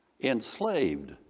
Enslaved